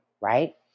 right